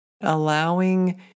Allowing